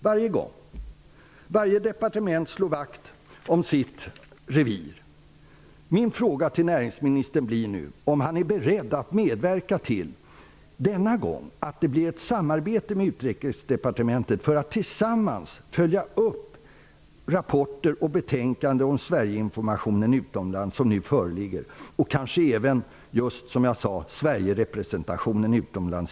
Varje departement slår vakt om sitt revir. Min fråga till näringsministern är nu om han är beredd att medverka till att det denna gång blir ett samarbete med Utrikesdepartementet för att man tillsammans skall följa upp de rapporter och betänkanden om Sverigeinformationen utomlands som nu föreligger. Vi får i det sammanhanget icke heller förglömma Sverigerepresentationen utomlands.